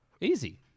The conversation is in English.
Easy